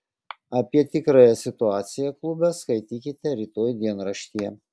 apie tikrąją situaciją klube skaitykite rytoj dienraštyje